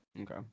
Okay